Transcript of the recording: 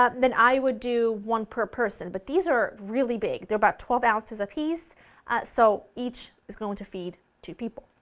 ah then i would do one per person but these are really big, they're about twelve ounces a piece so each is going to feed two people.